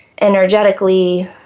energetically